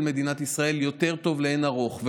של מדינת ישראל יותר טוב לאין ערוך.